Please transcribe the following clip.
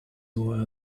were